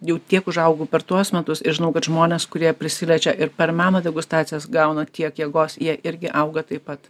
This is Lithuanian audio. jau tiek užaugau per tuos metus ir žinau kad žmonės kurie prisiliečia ir per meno degustacijas gauna tiek jėgos jie irgi auga taip pat